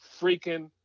freaking